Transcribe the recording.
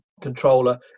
controller